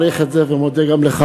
באמת אני מעריך את זה ומודה גם לך,